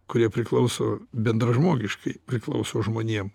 kurie priklauso bendražmogiškai priklauso žmonėm